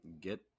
get